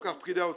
פקידי האוצר.